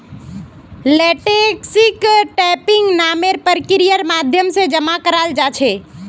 लेटेक्सक टैपिंग नामेर प्रक्रियार माध्यम से जमा कराल जा छे